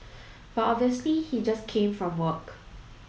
but obviously he just came from work